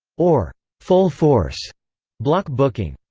or full force block-booking.